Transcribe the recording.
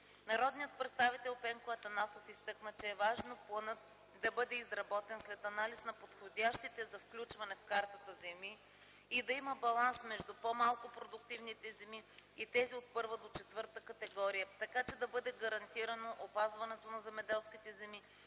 Народният представител Пенко Атанасов изтъкна, че е важно планът да бъде изработен след анализ на подходящите за включване в картата земи и да има баланс между по-малко продуктивните земи и тези от първа до четвърта категория, така че да бъде гарантирано опазването на земеделските земи